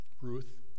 Ruth